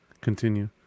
continue